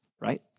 right